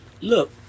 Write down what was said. Look